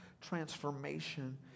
transformation